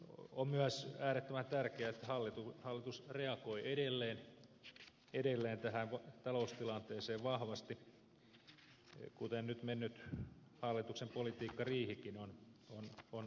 on myös äärettömän tärkeää että hallitus reagoi edelleen tähän taloustilanteeseen vahvasti kuten nyt mennyt hallituksen politiikkariihikin on osoittanut